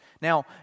Now